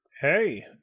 Hey